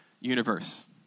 universe